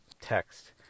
text